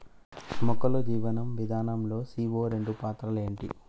మొక్కల్లో జీవనం విధానం లో సీ.ఓ రెండు పాత్ర ఏంటి?